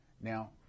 Now